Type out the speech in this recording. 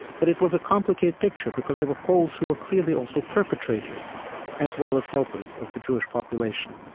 but it was a complicated picture because there were poles who were clearly also perpetrators as well as helpers of the jewish population.